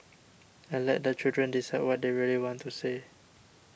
and let the children decide what they really want to say